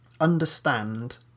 understand